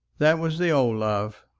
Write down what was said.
that was the old love,